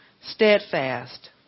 steadfast